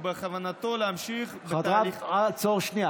בכוונתו להמשיך, עצור, שנייה.